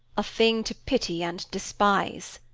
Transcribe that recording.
a thing to pity and despise.